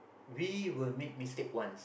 we will make mistake once